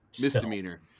misdemeanor